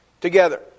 together